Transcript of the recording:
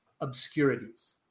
obscurities